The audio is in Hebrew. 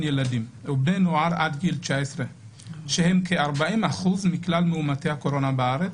ילדים ובני נוער עד גיל 19 שהם כ-40% מכלל מאומתי הקורונה בארץ.